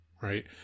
right